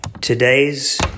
Today's